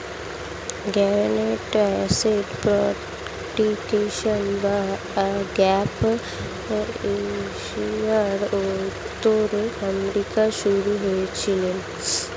guaranteed asset protection বা gap insurance উত্তর আমেরিকায় শুরু হয়েছিল